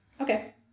Okay